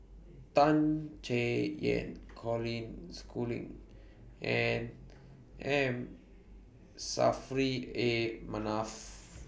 Tan Chay Yan Colin Schooling and M Saffri A Manaf